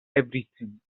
everything